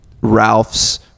Ralph's